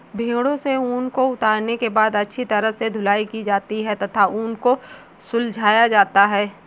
भेड़ों से ऊन को उतारने के बाद अच्छी तरह से धुलाई की जाती है तथा ऊन को सुलझाया जाता है